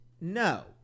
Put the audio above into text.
No